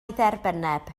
dderbynneb